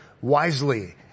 wisely